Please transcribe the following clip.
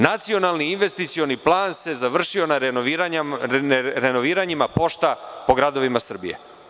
Nacionalni investicioni plan se završio renoviranjem pošta po gradovima Srbije.